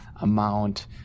amount